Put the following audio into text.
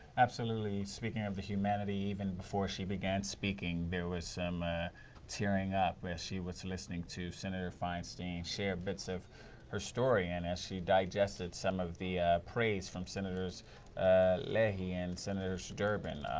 absolutely. speaking of the humanity, even before she began speaking, there was some tearing up as she was listening to senator feinstein share bits of her story and as she digested some of the praise from senators leahy and senator durbin,